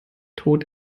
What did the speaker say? tod